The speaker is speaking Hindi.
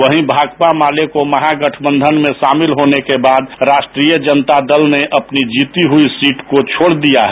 वहीं भाकपा माले के महागठबंधन में शामिल होने के बाद राष्ट्रीय जनता दल ने अपनी जीती हुई सीट को छोड दिया है